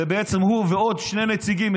והוא ועוד שני נציגים,